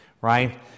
right